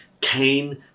Cain